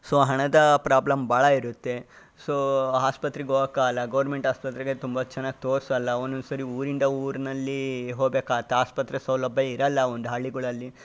so ಹಣದ problem ಭಾಳ ಇರುತ್ತೆ ಸೋ ಆಸ್ಪತ್ರಿಗ್ ಹೋಗಕ್ಕಾಲ್ಲ ಗೋರ್ಮೆಂಟ್ ಆಸ್ಪತ್ರೆಗೆ ತುಂಬ ಚೆನ್ನಾಗಿ ತೋರಿಸಲ್ಲ ಒಂದೊಂದು ಸಾರಿ ಊರಿಂದ ಊರಿನಲ್ಲಿ ಹೋಬೇಕಾತ್ತೆ ಆಸ್ಪತ್ರೆ ಸೌಲಭ್ಯ ಇರೋಲ್ಲ ಒಂದು ಹಳ್ಳಿಗಳಲ್ಲಿ